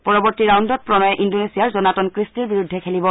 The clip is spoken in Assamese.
পৰৱৰ্ত্তী ৰাইণ্ডত প্ৰণয়ে ইন্দোনেছিয়াৰ জনাটন ক্ৰিষ্টিৰ বিৰুদ্ধে খেলিব